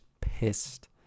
pissed